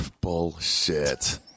Bullshit